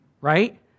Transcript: right